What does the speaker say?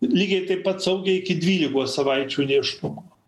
lygiai taip pat saugiai iki dvylikos savaičių nėštumo